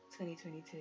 2022